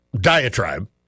diatribe